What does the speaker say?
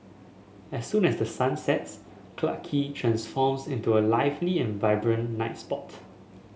as soon as the sun sets Clarke Quay transforms into a lively and vibrant night spot